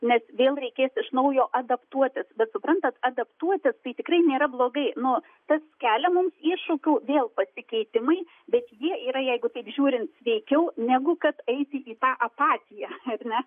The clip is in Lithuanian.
nes vėl reikės iš naujo adaptuotis bet suprantat adaptuoti tai tikrai nėra blogai nu tas kelia mums iššūkių vėl pasikeitimai bet jie yra jeigu taip žiūrint sveikiau negu kad eiti į tą apatiją ar ne